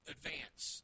Advance